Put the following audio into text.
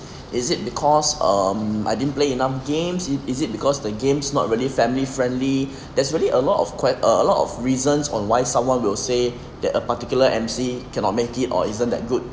is it because um I didn't play enough games it is it because the games not really family friendly there's really a lot of quite a lot of reasons on why someone will say that a particular emcee cannot make it or isn't that good